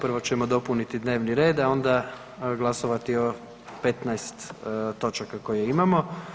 Prvo ćemo dopuniti dnevni red, a onda glasovati o 15 točaka koje imamo.